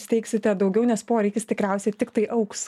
steigsite daugiau nes poreikis tikriausiai tiktai augs